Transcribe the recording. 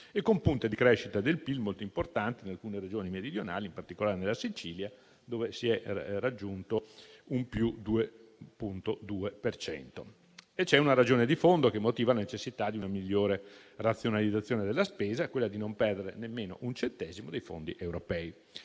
Ci sono punte di crescita del PIL molto importanti in alcune Regioni meridionali, in particolare in Sicilia, dove si è raggiunto un 2,2 per cento. C'è una ragione di fondo che motiva la necessità di una migliore razionalizzazione della spesa; ossia quella di non perdere nemmeno un centesimo dei fondi europei.